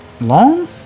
Long